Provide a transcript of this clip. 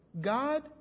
God